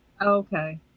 okay